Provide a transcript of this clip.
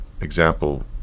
Example